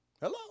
Hello